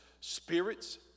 spirits